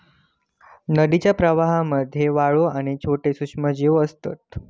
नदीच्या प्रवाहामध्ये वाळू आणि छोटे सूक्ष्मजीव असतत